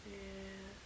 ya